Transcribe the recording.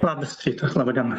labas rytas laba diena